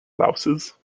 louses